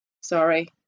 Sorry